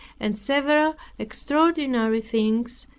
and several extraordinary things,